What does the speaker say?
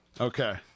Okay